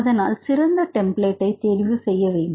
அதனால் சிறந்த டெம்ப்ளட் ஐ தெரிவு செய்ய வேண்டும்